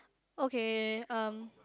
okay um